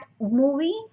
movie